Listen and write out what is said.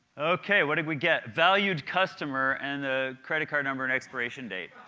ok, what did we get? valued customer and the credit card number and expiration date.